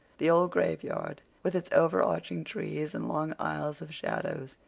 the old graveyard, with its over-arching trees and long aisles of shadows,